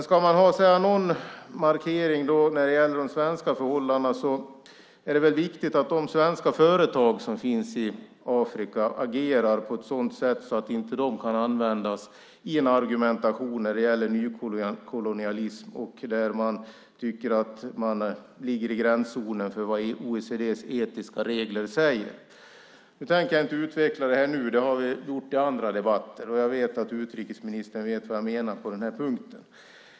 Ska man göra någon markering när det gäller de svenska förhållandena är det viktigt att de svenska företag som finns i Afrika agerar på ett sådant sätt att det inte kan användas i en argumentation när det gäller nykolonialism där man tycker att man ligger i gränszonen för vad OECD:s etiska regler säger. Jag tänker inte utveckla det här nu; det har vi gjort i andra debatter. Jag vet att utrikesministern vet vad jag menar på den här punkten.